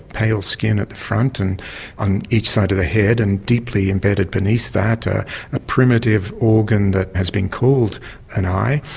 pale skin at the front and on each side of the head and deeply embedded beneath that a ah primitive organ that has been called an eye.